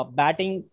batting